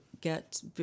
get